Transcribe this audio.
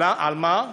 למה?